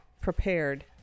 prepared